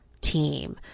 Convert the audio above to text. team